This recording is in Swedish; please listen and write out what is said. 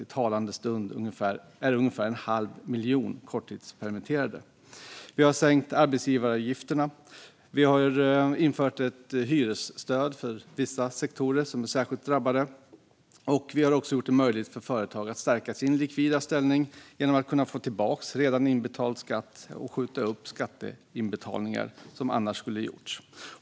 I talande stund är ungefär en halv miljon korttidspermitterade. Vi har sänkt arbetsgivaravgifterna, vi har infört ett hyresstöd för vissa sektorer som är särskilt drabbade och vi har gjort det möjligt för företag att stärka sin likvida ställning genom att kunna få tillbaka redan inbetalad skatt och skjuta upp skatteinbetalningar som annars skulle gjorts.